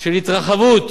של התרחבות